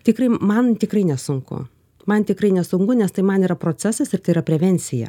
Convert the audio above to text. tikrai man tikrai nesunku man tikrai nesunku nes tai man yra procesas ir tai yra prevencija